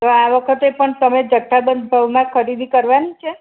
તો આ વખતે પણ તમે જથ્થાબંધ ભાવમાં ખરીદી કરવાની છે